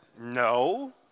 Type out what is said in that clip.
No